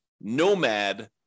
nomad